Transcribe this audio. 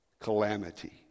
calamity